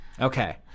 Okay